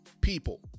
people